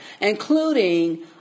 including